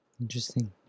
Interesting